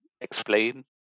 explain